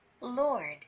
Lord